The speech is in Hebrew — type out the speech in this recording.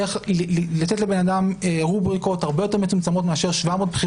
איך לתת לבן אדם רובריקות הרבה יותר מצומצמות מאשר 700 בחירות.